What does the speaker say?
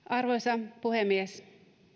arvoisa puhemies